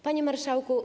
Panie Marszałku!